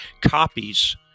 copies